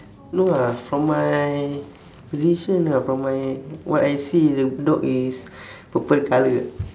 no ah from my position ah from my what I see is the dog is purple colour